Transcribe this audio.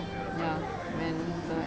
ya man you're right